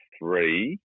three